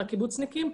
על הקיבוצניקים,